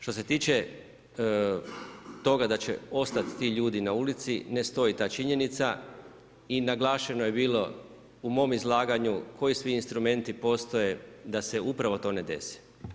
Što se tiče toga da će ostati ti ljudi na ulici, ne stoji ta činjenica i naglašeno je bilo u mom izlaganju koji sve instrumenti postoje da se upravo to ne desi.